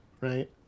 right